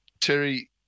Terry